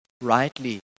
rightly